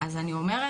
אז אני אומרת,